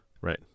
right